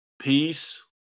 Peace